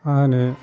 मा होनो